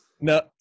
No